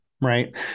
right